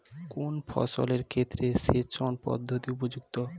কোন ফসলের ক্ষেত্রে সেচন পদ্ধতি উপযুক্ত?